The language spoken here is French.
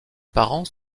parents